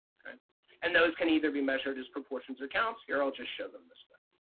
and those can either be measured as proportions or counts. here i'll just show them this way.